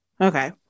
Okay